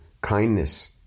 kindness